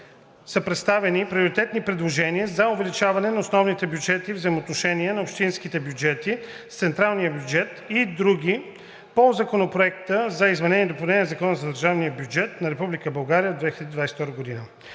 представени и приоритетни предложения за увеличение на основните бюджетни взаимоотношения на общинските бюджети с централния бюджет и други по Законопроекта за изменение и допълнение на Закона за държавния бюджет на Република